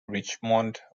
richmond